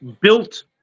built